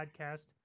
podcast